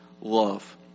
love